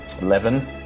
Eleven